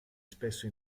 spesso